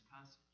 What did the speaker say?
passage